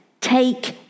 take